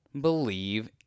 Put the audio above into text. believe